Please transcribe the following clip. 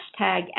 hashtag